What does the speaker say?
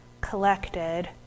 collected